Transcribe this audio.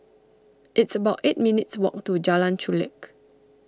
it's about eight minutes' walk to Jalan Chulek